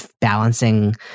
balancing